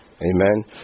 Amen